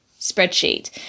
spreadsheet